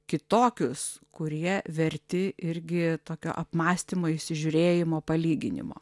kitokius kurie verti irgi tokio apmąstymo įsižiūrėjimo palyginimo